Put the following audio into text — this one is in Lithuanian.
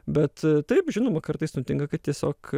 bet taip žinoma kartais nutinka kad tiesiog